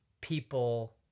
people